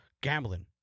gambling